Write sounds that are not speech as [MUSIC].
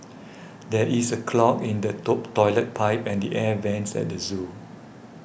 [NOISE] there is a clog in the [UNINTELLIGIBLE] Toilet Pipe and the Air Vents at the zoo